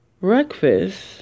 breakfast